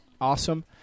awesome